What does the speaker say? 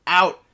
Out